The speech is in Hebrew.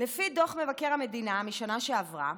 לפי דוח מבקר המדינה מהשנה שעברה,